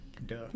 Duh